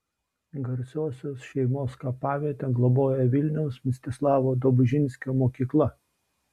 garsiosios šeimos kapavietę globoja vilniaus mstislavo dobužinskio mokykla